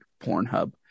Pornhub